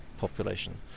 population